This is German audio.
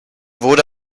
wurde